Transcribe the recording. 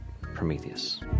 Prometheus